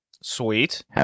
Sweet